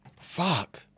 Fuck